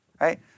right